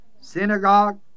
Synagogue